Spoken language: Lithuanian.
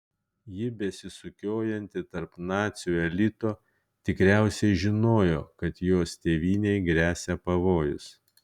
ji besisukiojanti tarp nacių elito tikriausiai žinojo kad jos tėvynei gresia pavojus